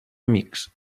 amics